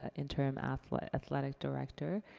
ah interim athletic athletic director.